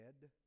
dead